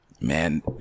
Man